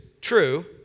true